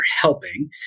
helping